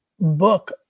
book